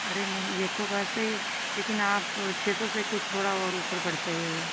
अरे नहीं ये तो वैसे ही लेकिन आप छः सौ से कुछ थोड़ा और ऊपर बढ़ जाईयेगा